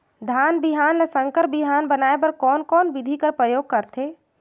धान बिहान ल संकर बिहान बनाय बर कोन कोन बिधी कर प्रयोग करथे?